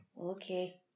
Okay